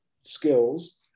skills